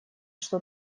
что